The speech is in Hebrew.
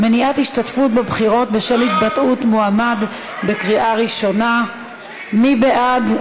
(מניעת השתתפות בבחירות בשל התבטאות מועמד) מי בעד?